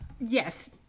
Yes